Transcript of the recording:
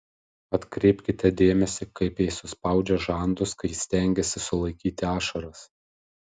atkreipkite dėmesį kaip jei suspaudžia žandus kai stengiasi sulaikyti ašaras